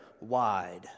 wide